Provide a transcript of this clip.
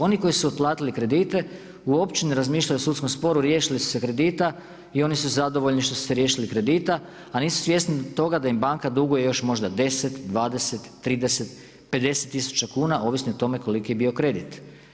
Oni koji su otplatili kredite uopće ne razmišljaju o sudskom sporu, riješili su se kredita i oni su zadovoljni što su se riješili kredita, a nisu svjesni toga da im banka duguje još možda 10, 20, 30, 50000 kuna ovisno o tome koliki je bio kredit.